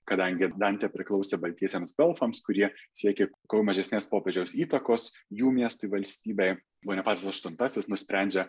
kadangi dantė priklausė baltiesiems gvelfams kurie siekė kuo mažesnės popiežiaus įtakos jų miestui valstybei bonifacas aštuntasisi nusprendžia